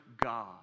God